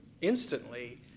instantly